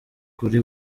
ukuri